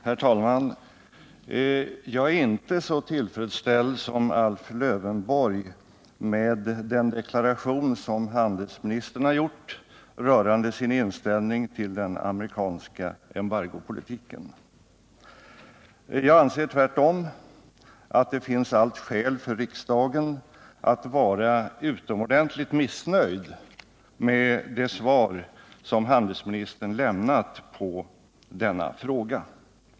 Herr talman! Jag är inte så tillfredsställd som Alf Lövenborg med den deklaration som handelsministern har gjort rörande sin inställning till den amerikanska embargopolitiken. Jag anser tvärtom att det finns allt skäl för riksdagen att vara utomordentligt missnöjd med det svar som handelsministern har lämnat på denna fråga.